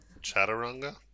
Chaturanga